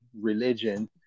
religion